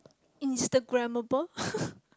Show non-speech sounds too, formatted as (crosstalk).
Instagramable (laughs)